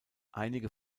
einige